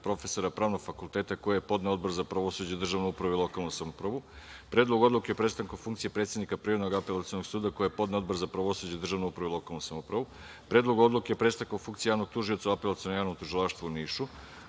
profesora Pravnog fakulteta, koji je podneo Odbor za pravosuđe, državnu upravu i lokalnu samoupravu, Predlogu odluke o prestanku funkcije predsednika Privrednog Apelacionog suda koji je podneo Odbor za pravosuđe državnu upravu i lokalnu samoupravu, Predlogu odluke o prestanku funkcije javnog tužioca u Apelacionom javnom tužilaštvu u Nišu,